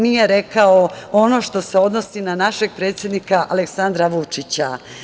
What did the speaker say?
Nije rekao ono što se odnosi na našeg predsednika Aleksandra Vučića.